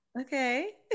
Okay